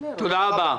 תודה רבה.